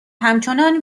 همچنان